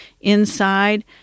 inside